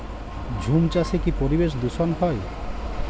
ঝুম চাষে কি পরিবেশ দূষন হয়?